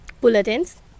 bulletins